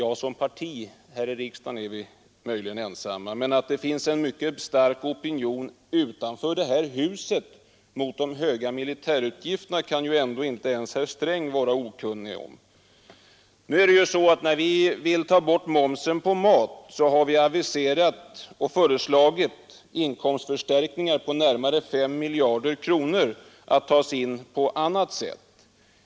Ja, som parti i riksdagen är vi möjligen ensamma, men att det finns en mycket stark opinion utanför det här huset mot de höga militärutgifterna kan väl ändå inte ens herr Sträng vara okunnig om. När vi har föreslagit att momsen skall tas bort på mat har vi också föreslagit inkomstförstärkningar på närmare 5 miljarder kronor att tas in på annat sätt.